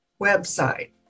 website